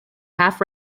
half